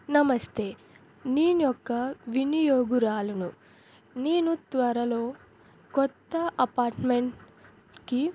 నమస్తే నేను ఒక వినియోగురాలను నేను త్వరలో కొత్త అపార్ట్మెంట్కి